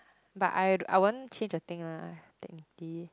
but I I won't change the thing lah technically